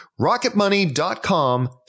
rocketmoney.com